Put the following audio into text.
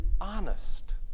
honest